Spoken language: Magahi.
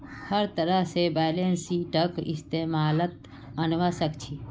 हर तरह से बैलेंस शीटक इस्तेमालत अनवा सक छी